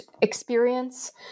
experience